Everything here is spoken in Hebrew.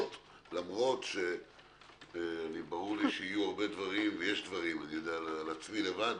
למרות שברור לי שיש דברים אני יודע לעצמי לבד,